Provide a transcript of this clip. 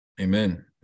Amen